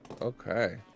Okay